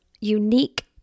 unique